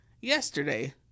yesterday